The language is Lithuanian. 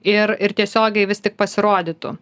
ir ir tiesiogiai vis tik pasirodytų